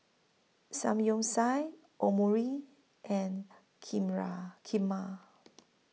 Samgyeopsal Omurice and Kheera Kheema